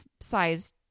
size